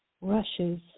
rushes